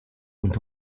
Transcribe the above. und